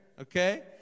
Okay